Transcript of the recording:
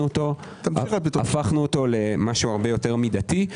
הפכנו אותו למשהו הרבה יותר מידתי.